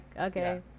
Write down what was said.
okay